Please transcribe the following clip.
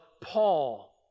Paul